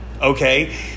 okay